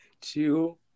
two